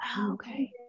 Okay